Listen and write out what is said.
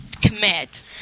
commit